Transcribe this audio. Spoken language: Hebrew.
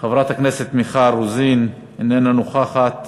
חברת הכנסת מיכל רוזין, אינה נוכחת,